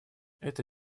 эта